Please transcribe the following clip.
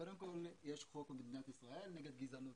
קודם כל יש חוק במדינת ישראל נגד גזענות.